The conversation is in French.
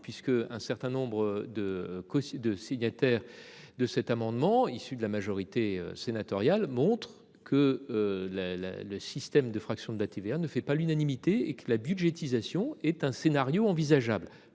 puisque un certain nombre de. De signataires de cet amendement issu de la majorité sénatoriale montre que. La la le système de fraction de la TVA ne fait pas l'unanimité et qui la budgétisation est un scénario envisageable.